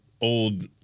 old